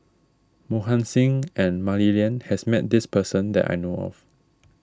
Mohan Singh and Mah Li Lian has met this person that I know of